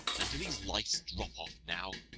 and do these lice drop off now?